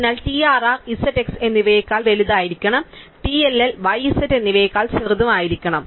അതിനാൽ TRR z x എന്നിവയേക്കാൾ വലുതായിരിക്കണം TLL y z എന്നിവയേക്കാൾ ചെറുതായിരിക്കണം